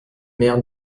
mère